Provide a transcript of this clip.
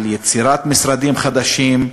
על יצירת משרדים חדשים.